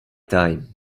time